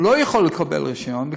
הוא לא יכול לקבל רישיון.